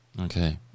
Okay